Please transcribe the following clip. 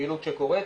בפעילות שקורית,